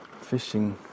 fishing